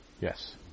Yes